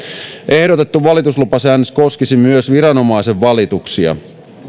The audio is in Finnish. ehdotettu valituslupasäännös koskisi myös viranomaisen valituksia